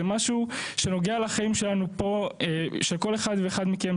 זה משהו שנוגע לחיים של כל אחד ואחד מכם,